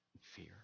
fear